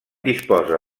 disposa